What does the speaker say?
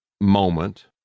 moment